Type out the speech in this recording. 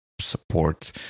support